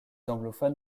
anglophones